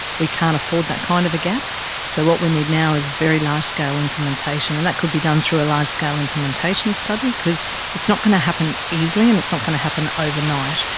we can't afford that kind of a gap, and so what we need now is very large-scale implementation, and that could be done through a large-scale implementation study, because it's not going to happen easily and it's not going to happen overnight,